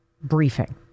briefing